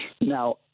Now